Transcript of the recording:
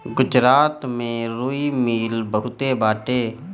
गुजरात में रुई मिल बहुते बाटे